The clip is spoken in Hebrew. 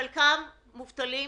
חלק מובטלים,